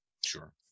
sure